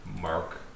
Mark